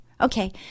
Okay